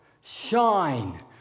shine